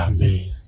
Amen